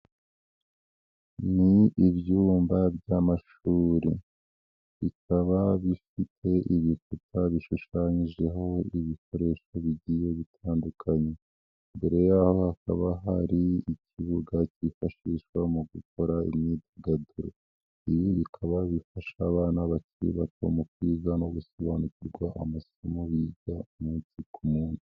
Ni ibyumba by'amashuri bikaba bifite ibikuta bishushanyijeho ibikoresho bigiye bitandukanye, imbere y'aho hakaba hari ikibuga cyifashishwa mu gukora imyidagaduro, ibi bikaba bifasha abana bakiri bato mu kwiga no gusobanukirwa amasomo biga umunsi ku munsi.